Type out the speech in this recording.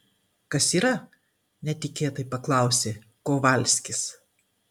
kas yra netikėtai paklausė kovalskis